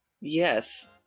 Yes